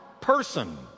person